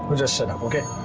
but just shut up. okay?